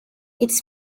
its